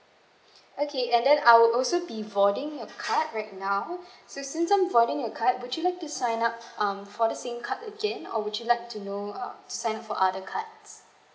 okay and then I will also be voiding your card right now so since I'm voiding you card would you like to sign up um for the same card again or would you like to know uh sign up for other cards